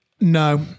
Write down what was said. No